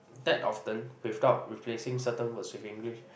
that often without replacing certain words with English